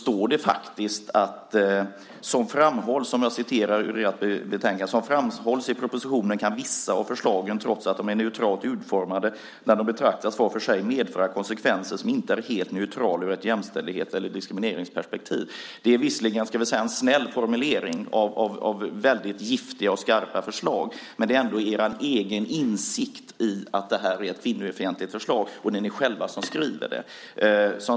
Där sägs nämligen att "som framhålls i propositionen kan vissa av förslagen, trots att de är neutralt utformade när de betraktas var för sig, medföra konsekvenser som inte är helt neutrala ur ett jämställdhets eller diskrimineringsperspektiv". Det är visserligen en snäll formulering om mycket giftiga och skarpa förslag, men det visar på er egen insikt om att detta är ett kvinnofientligt förslag. Det är ni själva som skriver så.